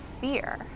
fear